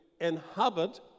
inhabit